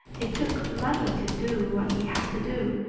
it took money to do what he had to do.